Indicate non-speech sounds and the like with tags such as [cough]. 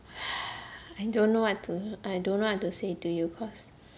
[noise] I don't know what to I don't want to say to you cause